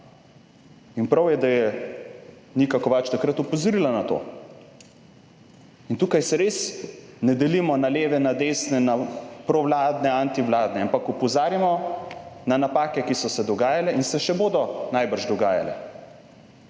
In prav je, da je Nika Kovač takrat opozorila na to. In tukaj se res ne delimo na leve, na desne, na provladne, antivladne, ampak opozarjamo na napake, ki so se dogajale in se še bodo najbrž dogajale.